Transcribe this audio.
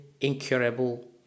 incurable